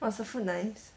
was the food nice